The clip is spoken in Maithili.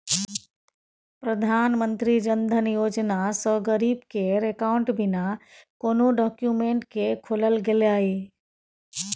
प्रधानमंत्री जनधन योजना सँ गरीब केर अकाउंट बिना कोनो डाक्यूमेंट केँ खोलल गेलै